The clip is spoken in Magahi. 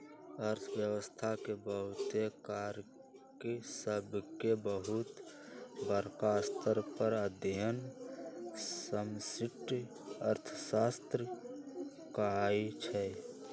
अर्थव्यवस्था के बहुते कारक सभके बहुत बरका स्तर पर अध्ययन समष्टि अर्थशास्त्र कहाइ छै